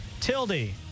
Tildy